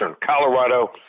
Colorado